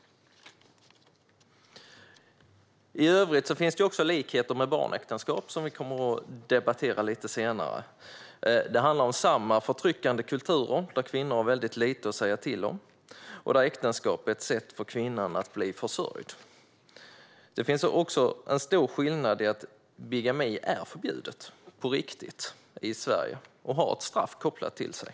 I övrigt finns det många likheter med frågan om barnäktenskap, som vi kommer att debattera senare. Det handlar om samma förtryckande kulturer, där kvinnor har väldigt lite att säga till om och där äktenskap är ett sätt för kvinnan att bli försörjd. Det finns också en stor skillnad i att bigami är förbjudet på riktigt i Sverige och har ett straff kopplat till sig.